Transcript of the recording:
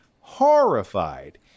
horrified